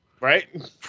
Right